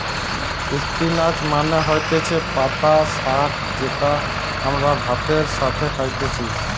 spinach মানে হতিছে পাতা শাক যেটা আমরা ভাতের সাথে খাইতেছি